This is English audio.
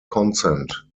consent